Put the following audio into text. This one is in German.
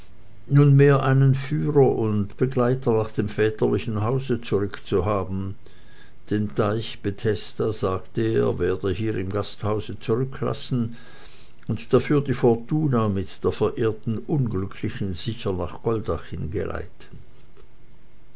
nunmehr einen führer und begleiter nach dem väterlichen hause zurück zu haben den teich bethesda sagte er werde er hier im gasthause zurücklassen und dafür die fortuna mit der verehrten unglücklichen sicher nach goldach hin geleiten